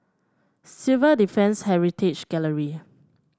Civil Defence Heritage Gallery